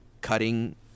cutting